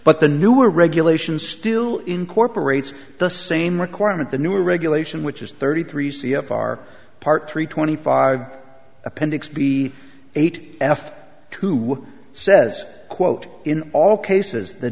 but the newer regulations still incorporates the same requirement the new regulation which is thirty three c f r part three twenty five appendix b eight f who says quote in all cases the